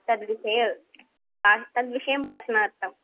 तद्विषये तद्विषये भाषणार्थम्